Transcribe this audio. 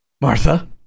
martha